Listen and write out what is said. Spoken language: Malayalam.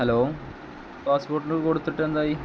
ഹലോ പാസ്പോട്ടിന് കൊടുത്തിട്ടെന്തായി